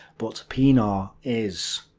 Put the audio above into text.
but pienaar is.